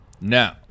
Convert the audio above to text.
Now